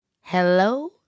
Hello